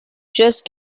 just